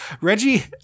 Reggie